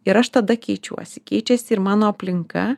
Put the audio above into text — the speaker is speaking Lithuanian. ir aš tada keičiuosi keičiasi ir mano aplinka